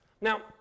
Now